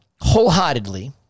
wholeheartedly